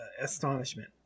astonishment